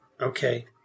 Okay